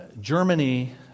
Germany